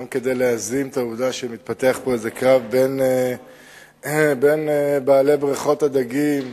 גם כדי להזים את זה שמתפתח פה קרב בין בעלי בריכות הדגים,